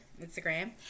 Instagram